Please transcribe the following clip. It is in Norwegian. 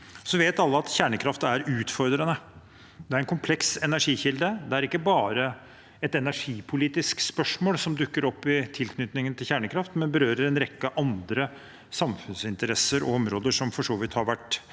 vet at kjernekraft er utfordrende. Det er en kompleks energikilde. Det er ikke bare et energipolitisk spørsmål som dukker opp i tilknytningen til kjernekraft, det berører også en rekke andre samfunnsinteresser og områder som for så vidt har vært